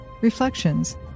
Reflections